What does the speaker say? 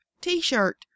t-shirt